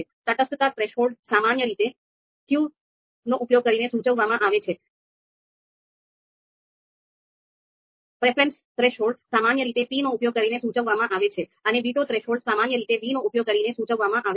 તટસ્થતા થ્રેશોલ્ડ સામાન્ય રીતે q નો ઉપયોગ કરીને સૂચવવામાં આવે છે પ્રેફરન્સ થ્રેશોલ્ડ સામાન્ય રીતે p નો ઉપયોગ કરીને સૂચવવામાં આવે છે અને વીટો થ્રેશોલ્ડ સામાન્ય રીતે v નો ઉપયોગ કરીને સૂચવવામાં આવે છે